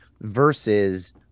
versus